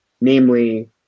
namely